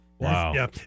Wow